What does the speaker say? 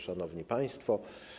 Szanowni Państwo!